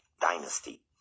dynasty